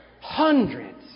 hundreds